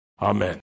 Amen